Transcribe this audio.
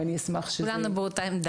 ביותר.